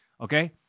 Okay